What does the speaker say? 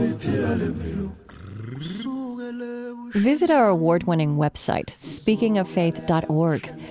you know visit our award-winning web site, speakingoffaith dot org.